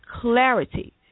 clarity